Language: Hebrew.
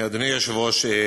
אדוני היושב-ראש,